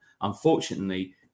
Unfortunately